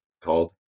called